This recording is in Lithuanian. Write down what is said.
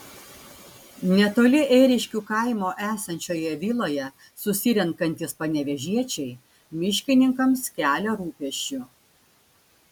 netoli ėriškių kaimo esančioje viloje susirenkantys panevėžiečiai miškininkams kelia rūpesčių